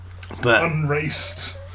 unraced